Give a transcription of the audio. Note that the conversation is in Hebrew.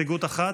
הסתייגות אחת?